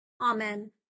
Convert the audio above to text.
Amen